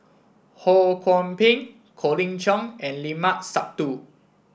Ho Kwon Ping Colin Cheong and Limat Sabtu